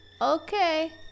Okay